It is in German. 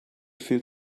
fühlt